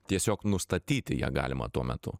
tiesiog nustatyti ją galima tuo metu